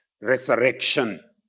resurrection